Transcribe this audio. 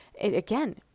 again